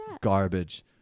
garbage